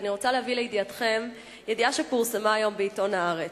אני רוצה להביא לידיעתכם ידיעה שפורסמה היום בעיתון "הארץ",